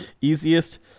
Easiest